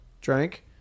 Drank